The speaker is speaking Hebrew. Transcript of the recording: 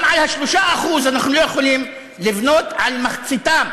גם ה-3% אנחנו לא יכולים לבנות על מחציתם,